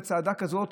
בצעדה כזו,